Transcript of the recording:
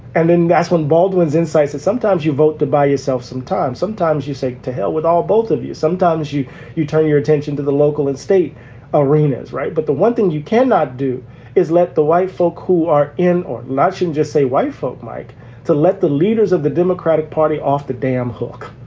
and then that's when baldwin's insights that sometimes you vote to buy yourself some time. sometimes you say, to hell with all both of you. sometimes you you turn your attention to the local and state arenas. right. but the one thing you cannot do is let the white folk who are in or not shouldn't just say white folk like to let the leaders of the democratic party off the damn hook.